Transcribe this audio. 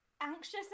anxious